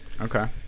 Okay